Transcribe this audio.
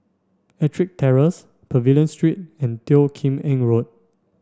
Ettrick Terrace Pavilion Street and Teo Kim Eng Road